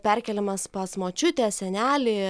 perkeliamas pas močiutę senelį